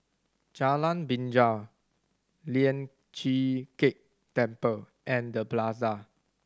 Jalan Binjai Lian Chee Kek Temple and The Plaza